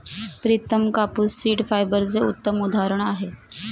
प्रितम कापूस सीड फायबरचे उत्तम उदाहरण आहे